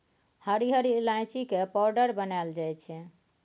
हरिहर ईलाइची के पाउडर बनाएल जाइ छै